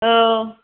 औ